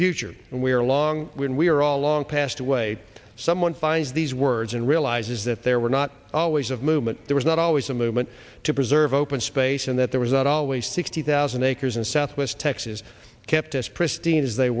future we are long when we are all long passed away someone finds these words and realizes that there were not always of movement there was not always a movement to preserve open space and that there was not always sixty thousand acres in southwest texas kept as pristine as they